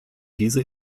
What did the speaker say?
diese